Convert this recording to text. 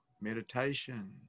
meditation